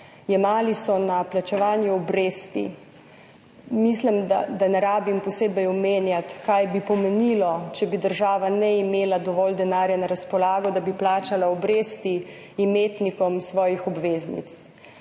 jemali so na plačevanju obresti. Mislim, da ni treba posebej omenjati, kaj bi pomenilo, če bi država ne imela dovolj denarja na razpolago, da bi plačala obresti imetnikom svojih obveznic.